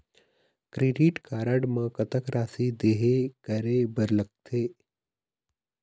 Credit card म कतक राशि देहे करे बर लगथे?